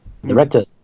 director